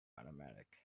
automatic